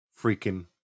freaking